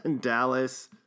Dallas